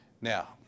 Now